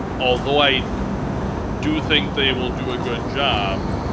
although i do think they will do a good job,